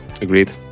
agreed